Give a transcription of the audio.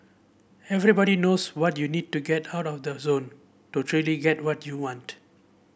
everybody knows what you need to get out of the zone to truly get what you want